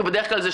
כי בדרך כלל,